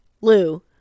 Lou